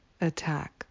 attack